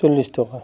চল্লিছ টকা